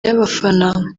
y’abafana